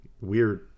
weird